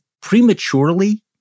prematurely